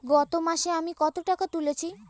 গত মাসে মোট আমি কত টাকা তুলেছি?